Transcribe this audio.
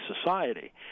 society